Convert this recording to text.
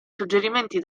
suggerimenti